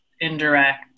indirect